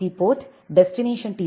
B port destination tea